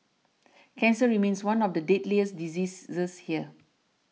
cancer remains one of the deadliest diseases this here